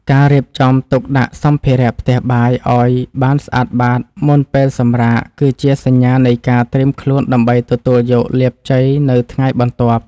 ការរៀបចំទុកដាក់សម្ភារៈផ្ទះបាយឱ្យបានស្អាតបាតមុនពេលសម្រាក គឺជាសញ្ញានៃការត្រៀមខ្លួនដើម្បីទទួលយកលាភជ័យនៅថ្ងៃបន្ទាប់។